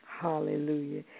Hallelujah